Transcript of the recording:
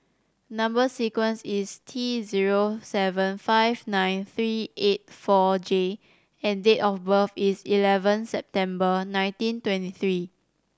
number sequence is T zero seven five nine three eight four J and date of birth is eleven September nineteen twenty three